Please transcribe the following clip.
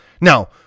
Now